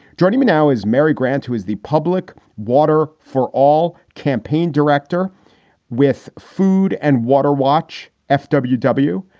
joining me now is mary grant, who is the public water for all campaign director with food and water. watch f w w.